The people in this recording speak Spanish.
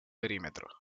perímetro